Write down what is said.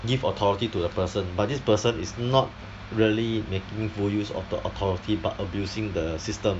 give authority to the person but this person is not really making full use of the authority but abusing the system